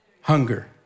Hunger